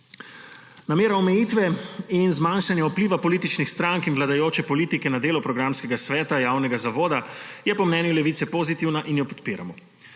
Namera omejitve in zmanjšanja vpliva političnih strank in vladajoče politike na delo programskega sveta javnega zavoda je po mnenju Levice pozitivna in jo podpiramo.